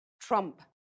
trump